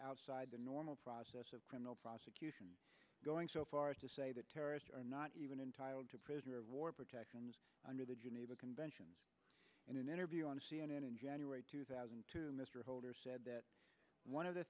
outside the normal process of criminal prosecution going so far as to say that terrorists are not even entitled to prisoner of war protections under the geneva conventions in an interview on c n n in january two thousand and two mr holder said that one of the